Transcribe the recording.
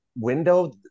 Window